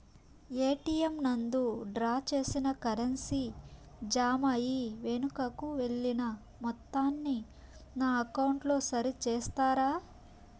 ATM నందు draw చేసిన currency jam అయి వెనుకకు వెళ్లిన మొత్తాన్ని నా అకౌంట్ లో సరి చేస్తారా?